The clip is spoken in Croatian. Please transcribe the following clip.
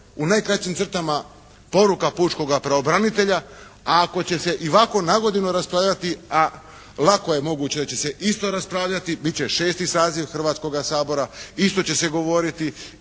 u najkraćim crtama poruka pučkoga pravobranitelja. A ako će se ovako i na godinu raspravljati, a ako je moguće da će se isto raspravljati, biti će šesti saziv Hrvatskoga sabora, isto će se govoriti,